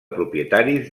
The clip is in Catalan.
propietaris